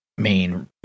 main